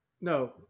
No